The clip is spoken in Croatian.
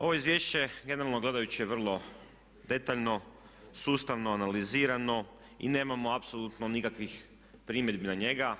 Ovo izvješće generalno gledajući je vrlo detaljno, sustavno analizirano i nemamo apsolutno nikakvim primjedbi na njega.